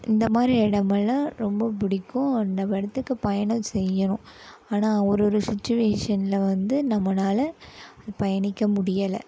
இந்த மாதிரி இடமெல்லாம் ரொம்ப பிடிக்கும் அந்த இடத்துக்கு பயணம் செய்யணும் ஆனால் ஒரு ஒரு சுச்சுவேஷனில் வந்து நம்மனால பயணிக்க முடியலை